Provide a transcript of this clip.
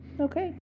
Okay